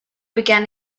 began